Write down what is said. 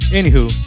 anywho